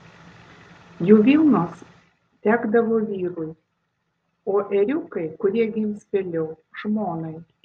jų vilnos tekdavo vyrui o ėriukai kurie gims vėliau žmonai